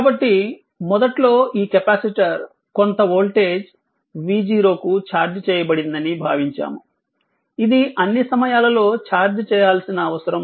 కాబట్టి మొదట్లో ఈ కెపాసిటర్ కొంత వోల్టేజ్ v0 కు ఛార్జ్ చేయబడిందని భావించాము ఇది అన్ని సమయాలలో ఛార్జ్ చేయాల్సిన అవసరం లేదు